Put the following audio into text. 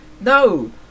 no